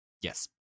Yes